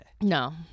No